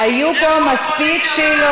נושא כזה חשוב, היו פה מספיק שאלות.